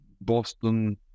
Boston